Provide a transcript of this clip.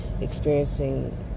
experiencing